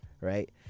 right